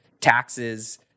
taxes